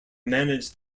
managed